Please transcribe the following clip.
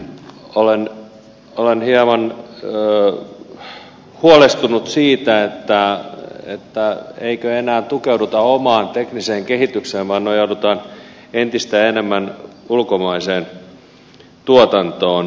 olen hieman huolestunut siitä eikö enää tukeuduta omaan tekniseen kehitykseen vaan nojaudutaan entistä enemmän ulkomaiseen tuotantoon